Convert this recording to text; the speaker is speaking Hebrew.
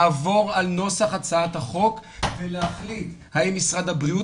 לעבור על נוסח הצעת החוק ולהחליט האם משרד הבריאות